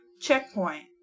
checkpoint